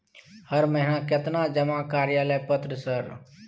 हर महीना केतना जमा कार्यालय पत्र सर?